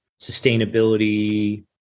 sustainability